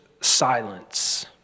silence